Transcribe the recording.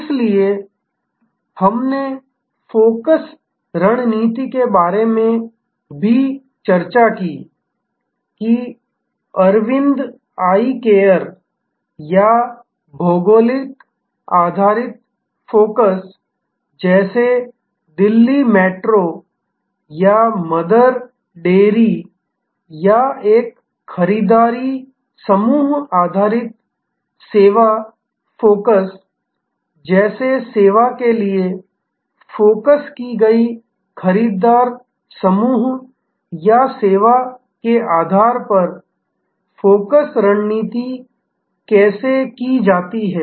इसलिए हमने फोकस रणनीति के बारे में भी चर्चा की कि अरविंद आई केयर या भौगोलिक आधारित फ़ोकस जैसे दिल्ली मेट्रो या मदर डेयरी या एक खरीदार समूह आधारित सेवा फ़ोकस जैसे सेवा के लिए फ़ोकस की गई खरीदार समूह या सेवा के आधार पर फ़ोकस रणनीति कैसे की जाती है